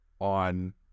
on